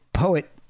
poet